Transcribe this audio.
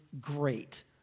great